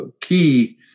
key